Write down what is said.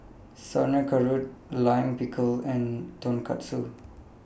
Sauerkraut Lime Pickle and Tonkatsu